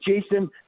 Jason